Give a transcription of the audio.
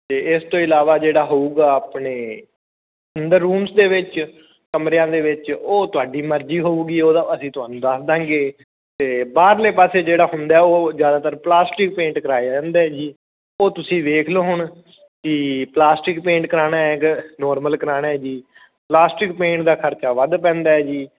ਅਤੇ ਇਸ ਤੋਂ ਇਲਾਵਾ ਜਿਹੜਾ ਹੋਵੇਗਾ ਆਪਣੇ ਅੰਦਰ ਰੂਮਸ ਦੇ ਵਿੱਚ ਕਮਰਿਆਂ ਦੇ ਵਿੱਚ ਉਹ ਤੁਹਾਡੀ ਮਰਜ਼ੀ ਹੋਵੇਗੀ ਉਦੋਂ ਅਸੀਂ ਤੁਹਾਨੂੰ ਦੱਸ ਦਾਂਗੇ ਅਤੇ ਬਾਹਰਲੇ ਪਾਸੇ ਜਿਹੜਾ ਹੁੰਦਾ ਉਹ ਜ਼ਿਆਦਾਤਰ ਪਲਾਸਟਿਕ ਪੇਂਟ ਕਰਾਏ ਜਾਂਦੇ ਜੀ ਉਹ ਤੁਸੀਂ ਵੇਖ ਲਓ ਹੁਣ ਪਲਾਸਟਿਕ ਪੇਂਟ ਕਰਾਣਾ ਨੋਰਮਲ ਕਰਾਉਣਾ ਜੀ ਪਲਾਸਟਿਕ ਪੇਂਟ ਦਾ ਖਰਚਾ ਵੱਧ ਪੈਂਦਾ ਜੀ